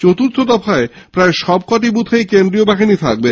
চতুর্থ দফায় প্রায় সবকটি বুথেই কেন্দ্রীয় বাহিনী থাকবে